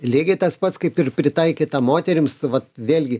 lygiai tas pats kaip ir pritaikyta moterims vat vėlgi